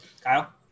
Kyle